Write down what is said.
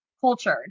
cultured